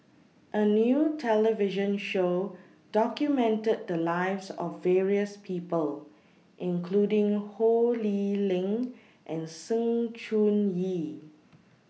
A New television Show documented The Lives of various People including Ho Lee Ling and Sng Choon Yee